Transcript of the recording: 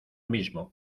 mismo